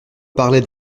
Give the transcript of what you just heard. parlaient